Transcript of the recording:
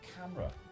camera